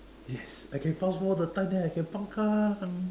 yes I can fast forward the time then I can pangkang